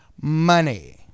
money